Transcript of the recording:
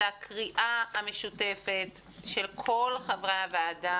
זו הקריאה המשותפת של כל חברי הוועדה,